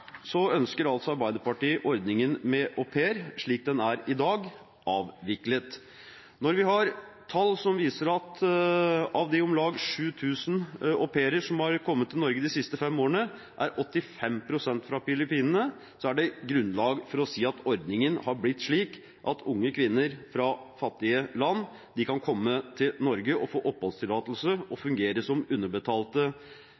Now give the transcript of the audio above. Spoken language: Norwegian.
ønsker altså Arbeiderpartiet ordningen med au pair, slik den er i dag, avviklet. Når vi har tall som viser at av de om lag 7 000 au pairene som har kommet til Norge de siste fem årene, er 85 pst. fra Filippinene, er det grunnlag for å si at ordningen har blitt slik at unge kvinner fra fattige land kan komme til Norge og få oppholdstillatelse og